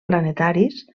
planetaris